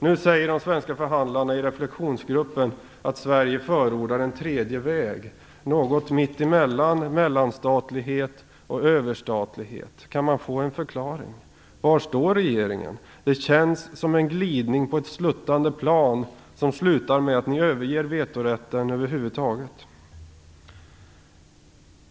Nu säger de svenska förhandlarna i reflektionsgruppen att Sverige förordar en tredje väg, något mitt emellan mellanstatlighet och överstatlighet. Kan man få en förklaring? Var står regeringen? Det känns som en glidning på ett sluttande plan som slutar med att ni överger vetorätten.